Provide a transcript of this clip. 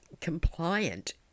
compliant